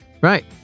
right